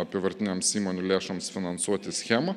apyvartiniams įmonių lėšoms finansuoti schemą